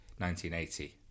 1980